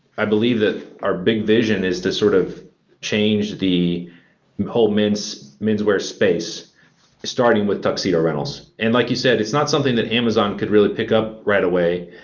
i believe that our big vision is this sort of change the whole men's men's wear space starting with tuxedo rentals. and like you said, it's not something that amazon could really pick up right away.